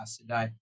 today